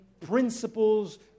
principles